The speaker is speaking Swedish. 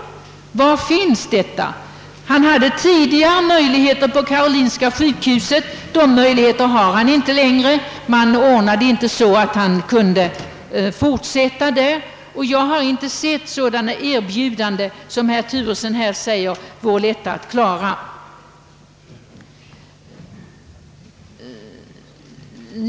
Tidigare hade han sådana möjligheter på Karolinska sjukhuset. De möjligheterna har han inte längre; man ordnade inte så han kunde fortsätta där. Jag har inte sett sådana erbjudanden som herr Turesson säger är så lätta att ordna.